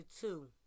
two